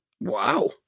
Wow